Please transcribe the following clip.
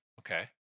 okay